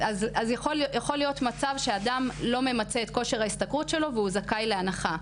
שיכול להיות מצב שאדם לא ממצא את כושר ההשתכרות שלו והוא זכאי להנחה.